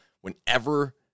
whenever